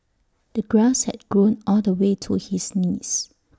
the grass had grown all the way to his knees